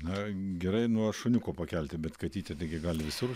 na gerai nuo šuniuko pakelti bet katytė taigi gali visur